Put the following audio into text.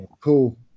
cool